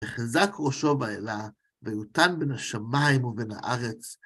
ויחזק ראשו באלה, ויותן בין השמיים ובין הארץ.